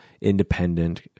independent